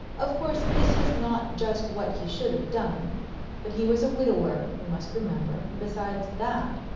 of course, this was not just what he should have done but he was a widower, you must remember, and besides that,